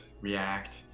React